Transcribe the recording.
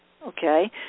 Okay